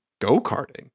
go-karting